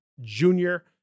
junior